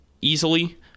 easily